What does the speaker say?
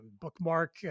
bookmark